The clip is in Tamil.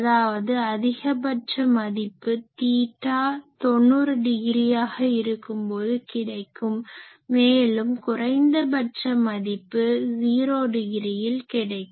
அதாவது அதிகபட்ச மதிப்பு தீட்டா 90 டிகிரியாக இருக்கும்போது கிடைக்கும் மேலும் குறைந்தபட்ச மதிப்பு 0 டிகிரியில் இருக்கும்